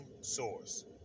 source